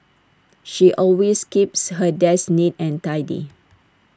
she always keeps her desk neat and tidy